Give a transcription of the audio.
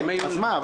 אז מה?